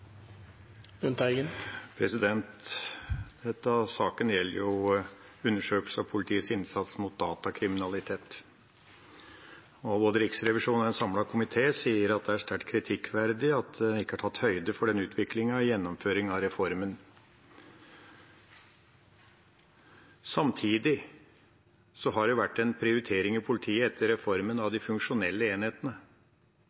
saken gjelder jo undersøkelse av politiets innsats mot datakriminalitet. Både Riksrevisjonen og en samlet komité sier at det er sterkt kritikkverdig at det ikke er tatt høyde for denne utviklingen i gjennomføringen av reformen. Samtidig har det vært en prioritering av de funksjonelle enhetene i politiet etter reformen – en klar prioritering av